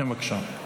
כן, בבקשה.